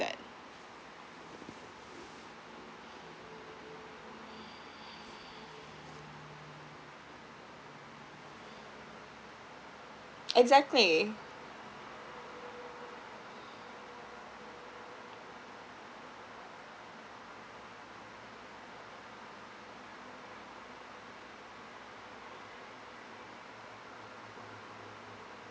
that exactly